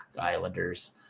Islanders